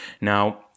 now